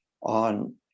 on